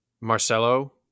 Marcelo